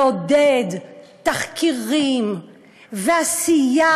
לעודד תחקירים ועשייה,